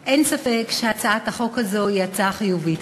נכסי נספי השואה ליורשיהם, היא מחויבת